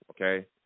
okay